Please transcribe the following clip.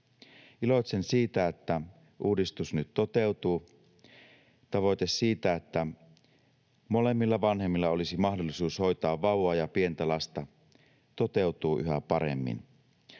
Iloitsen siitä, että uudistus nyt toteutuu. Tavoite siitä, että molemmilla vanhemmilla olisi mahdollisuus hoitaa vauvaa ja pientä lasta, toteutuu yhä paremmin.